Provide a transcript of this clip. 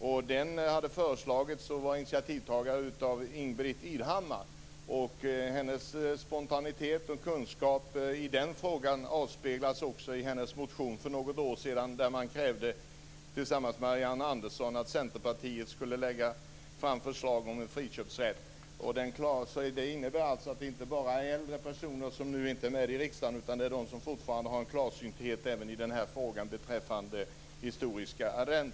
Initiativtagare till debatten var Ingbritt Irhammar. Hennes spontanitet och kunskap i den frågan avspeglas också i hennes motion för något år sedan, där hon krävde, tillsammans med Marianne Andersson i Centerpartiet, att förslag skulle läggas fram om friköpsrätt. Detta innebär att det inte bara är äldre personer som nu inte sitter i riksdagen som är klarsynta, utan att det fortfarande finns de som har en klarsynthet i frågan om historiska arrenden.